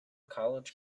college